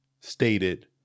stated